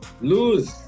lose